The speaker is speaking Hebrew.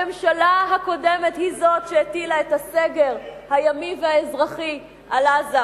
הממשלה הקודמת היא זאת שהטילה את הסגר הימי והאזרחי על עזה,